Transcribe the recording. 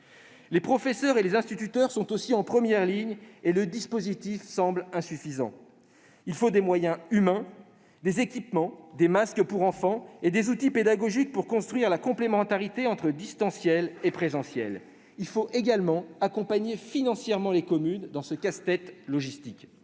Les professeurs et les instituteurs sont aussi en première ligne, et le dispositif semble insuffisant. Il faut des moyens humains, des équipements, des masques pour enfant, des outils pédagogiques pour construire la complémentarité entre distanciel et présentiel. Il convient également d'accompagner financièrement les communes dans ce casse-tête logistique.